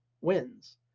wins